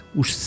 os